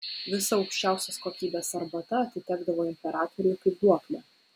visa aukščiausios kokybės arbata atitekdavo imperatoriui kaip duoklė